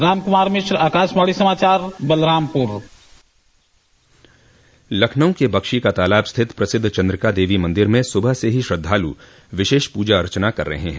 राम कुमार मिश्रा आकाशवाणी समाचार बलरामपुर लखनऊ के बख्शी का तालाब स्थित प्रसिद्ध चंद्रिका देवी मंदिर में सुबह से ही श्रद्वालु विशेष पूजा अर्चना कर रहे हैं